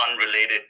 unrelated